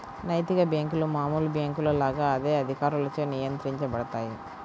నైతిక బ్యేంకులు మామూలు బ్యేంకుల లాగా అదే అధికారులచే నియంత్రించబడతాయి